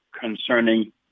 concerning